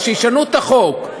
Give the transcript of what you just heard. אז שישנו את החוק.